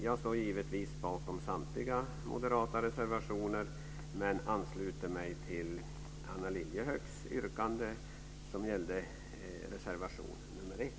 Jag står givetvis bakom samtliga moderata reservationer men ansluter mig till Anna Lilliehööks yrkande som gällde reservation nr 1.